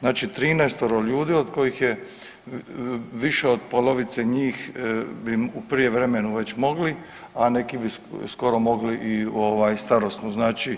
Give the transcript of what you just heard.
Znači 13-ovo ljudi od kojih je više od polovice njih bi u prijevremenu već mogli, a neki bi skoro mogli i ovaj, starosnu, znači